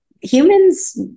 humans